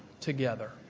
together